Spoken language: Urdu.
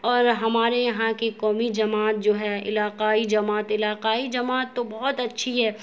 اور ہمارے یہاں کی قومی جماعت جو ہے علاقائی جماعت علاقائی جماعت تو بہت اچھی ہے